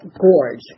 gorge